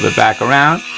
but back around.